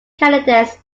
candidates